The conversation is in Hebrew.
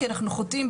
כי אנחנו חוטאים,